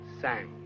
sang